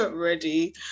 ready